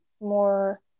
more